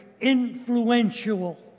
influential